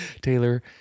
Taylor